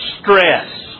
stress